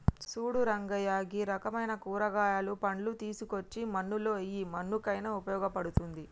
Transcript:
సూడు రంగయ్య గీ రకమైన కూరగాయలు, పండ్లు తీసుకోచ్చి మన్నులో ఎయ్యి మన్నుకయిన ఉపయోగ పడుతుంది